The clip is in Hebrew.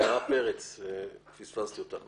יערה פרץ, פספסתי אותך.